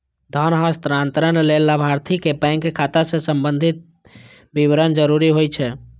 धन हस्तांतरण लेल लाभार्थीक बैंक खाता सं संबंधी विवरण जरूरी होइ छै